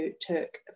took